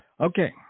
okay